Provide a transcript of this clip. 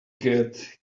get